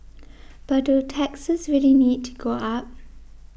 but do taxes really need to go up